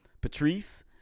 patrice